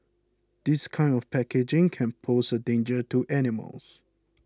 this kind of packaging can pose a danger to animals